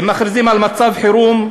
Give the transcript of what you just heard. אם מכריזים על מצב חירום,